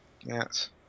Yes